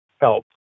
help